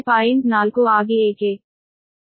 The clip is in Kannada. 4 ಆಗಿ ಏಕೆ